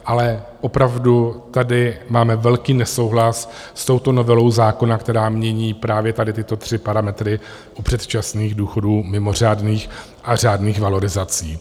Ale opravdu tady máme velký nesouhlas s touto novelou zákona, která mění právě tady tyto tři parametry u předčasných důchodů, mimořádných a řádných valorizací.